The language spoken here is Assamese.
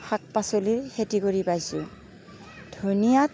শাক পাচলি খেতি কৰি পাইছোঁ ধনীয়াত